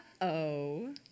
Uh-oh